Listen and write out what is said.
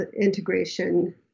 integration